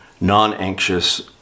non-anxious